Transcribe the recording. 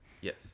Yes